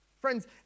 Friends